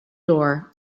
door